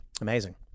Amazing